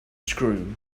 screw